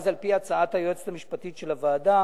לכן על-פי הצעת היועצת המשפטית של הוועדה